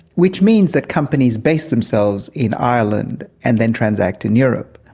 which means that companies base themselves in ireland and then transact in europe.